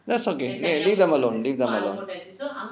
that's okay leave them alone leave them alone